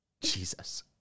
Jesus